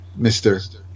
Mr